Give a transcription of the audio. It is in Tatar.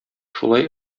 шулай